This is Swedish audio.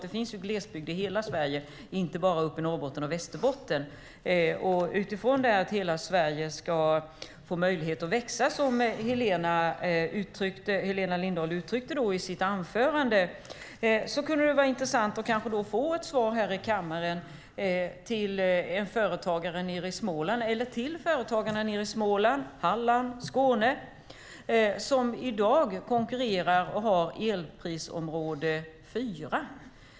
Det finns glesbygd i hela Sverige, inte bara uppe i Norrbotten och Västerbotten. Utifrån tanken att hela Sverige ska få möjlighet att växa, som Helena Lindahl uttryckte i sitt anförande, kunde det vara intressant att få ett svar här i kammaren från Alliansen till företagarna nere i Småland, Halland och Skåne, som hör till elprisområde 4.